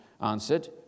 answered